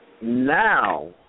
Now